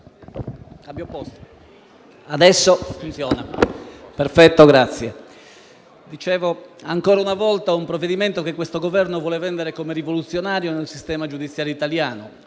Governo, ancora una volta un provvedimento che questo Governo vuole vendere come rivoluzionario nel sistema giudiziario italiano.